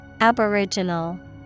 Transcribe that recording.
Aboriginal